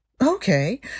okay